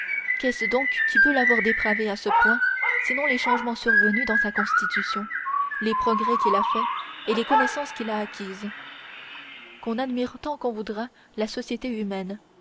qu'est-ce donc qui peut l'avoir dépravé à ce point sinon les changements survenus dans sa constitution les progrès qu'il a faits et les connaissances qu'il a acquises qu'on admire tant qu'on voudra la société humaine